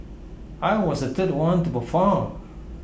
I was the third one to perform